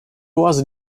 was